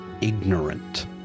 ignorant